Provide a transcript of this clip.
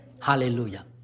Hallelujah